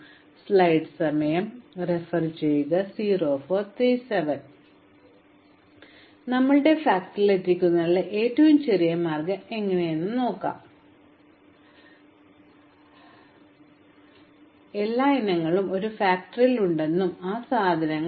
ഇപ്പോൾ ഇതിന് വളരെ സ്വാഭാവിക ആപ്ലിക്കേഷനുണ്ട് അതിനാൽ നിങ്ങൾ ഒരു നിർമ്മാതാവാണെന്നും നിങ്ങളുടെ എല്ലാ ഇനങ്ങളും നിർമ്മിക്കുന്ന ഒരു ഫാക്ടറിയുണ്ടെന്നും കരുതുക ഇപ്പോൾ നിങ്ങൾ ഈ ഇനങ്ങൾ രാജ്യമെമ്പാടും വിതരണം ചെയ്യണം